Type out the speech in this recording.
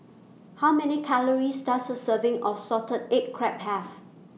How Many Calories Does A Serving of Salted Egg Crab Have